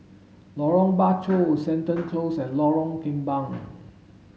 Lorong Bachok Seton Close and Lorong Kembang